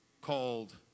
called